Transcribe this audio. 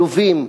עלובים,